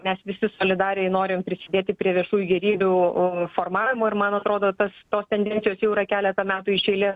mes visi solidariai norim prisidėti prie viešujų gėrybių u formavimo ir man atrodo tas tos tendencijos jau yra keletą metų iš eilės